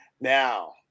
Now